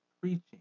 preaching